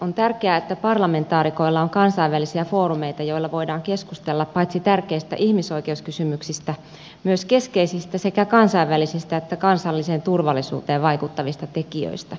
on tärkeää että parlamentaarikoilla on kansainvälisiä foorumeita joilla voidaan keskustella paitsi tärkeistä ihmisoikeuskysymyksistä myös keskeisistä sekä kansainvälisistä että kansalliseen turvallisuuteen vaikuttavista tekijöistä